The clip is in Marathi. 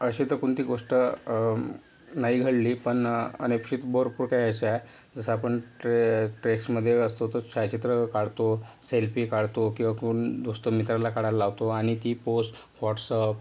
अशी तर कोणती गोष्ट नाही घडली पण अनपेक्षित भरपूर काही अशा आहे जसं आपण ट्रे ट्रेसमध्ये असतो तर छायाचित्र काढतो सेल्फी काढतो किंवा कोण दोस्त मित्राला काढायला लावतो आणि ती पोस्ट व्हॉट्सॲप